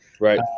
Right